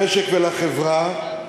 זה רגע עצוב למדינת ישראל, למשק ולחברה,